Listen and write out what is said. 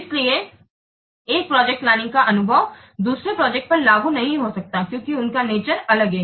इसलिए एक project planning का अनुभव दूसरे प्रोजेक्ट पर लागू नहीं हो सकता है क्योंकि उनका नेचरअलग है